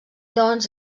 doncs